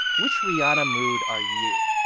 which rihanna mood are you?